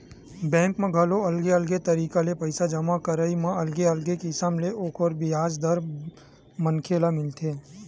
bank म घलो अलगे अलगे तरिका ले पइसा जमा करई म अलगे अलगे किसम ले ओखर बियाज दर मनखे ल मिलथे